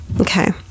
Okay